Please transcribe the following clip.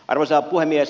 arvoisa puhemies